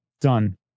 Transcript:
done